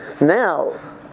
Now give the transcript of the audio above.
now